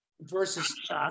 versus